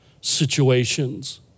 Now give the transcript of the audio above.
situations